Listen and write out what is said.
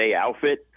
outfit